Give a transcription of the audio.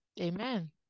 Amen